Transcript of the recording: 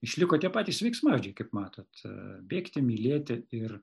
išliko tie patys veiksmažodžiai kaip matot bėgti mylėti ir